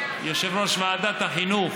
יושב-ראש ועדת החינוך,